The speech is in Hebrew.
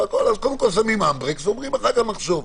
קודם כל שמים אמברקס ואומרים: אחר כך נחשוב.